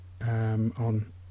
on